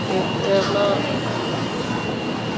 ਇਹ ਅਤੇ ਇਹ ਆਪਣਾ ਓਕੇ